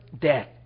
death